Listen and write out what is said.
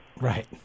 Right